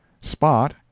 Spot